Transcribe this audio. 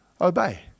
obey